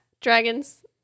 Dragons